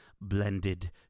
blended